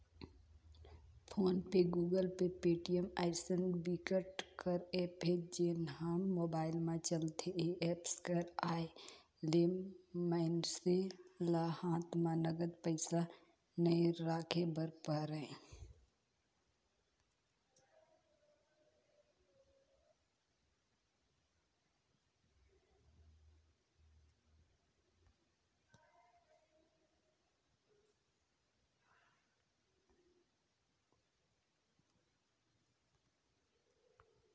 phone pay, Google pay, Paytm अइसन बिकट कर ऐप हे जेन ह मोबाईल म चलथे ए एप्स कर आए ले मइनसे ल हात म नगद पइसा नइ राखे बर परय